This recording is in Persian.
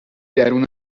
درون